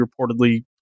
reportedly